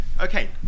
Okay